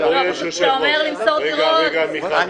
כשאתה אומר למסור דירות --- חברת הכנסת בירן,